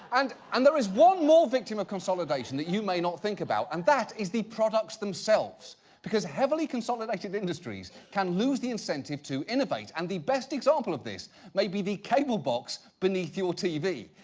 and and there is one more victim of consolidation that you may not think about, and that is the products themselves because heavily consolidated industries can lose the incentive to innovate and the best example of this may be the cable box beneath your tv.